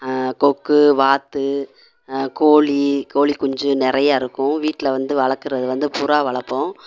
கொக்கு வாத்து கோழி கோழிக்குஞ்சு நிறையா இருக்கும் வீட்டில வந்து வளர்க்குறது வந்து புறா வளர்ப்போம்